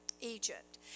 Egypt